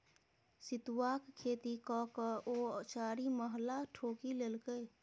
सितुआक खेती ककए ओ चारिमहला ठोकि लेलकै